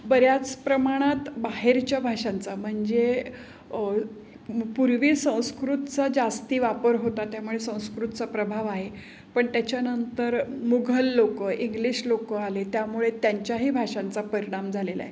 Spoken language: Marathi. बऱ्याच प्रमाणात बाहेरच्या भाषांचा म्हणजे पूर्वी संस्कृतचा जास्त वापर होता त्यामुळे संस्कृतचा प्रभाव आहे पण त्याच्यानंतर मुघल लोक इंग्लिश लोक आले त्यामुळे त्यांच्याही भाषांचा परिणाम झालेला आहे